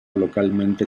localmente